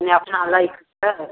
नहि अपना लैके छै